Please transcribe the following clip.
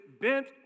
bent